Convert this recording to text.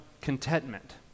contentment